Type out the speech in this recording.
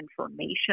information